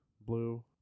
blue